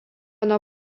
nuo